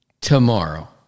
tomorrow